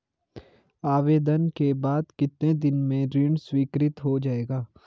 आवेदन के बाद कितने दिन में ऋण स्वीकृत हो जाएगा?